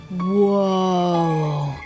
Whoa